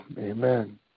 amen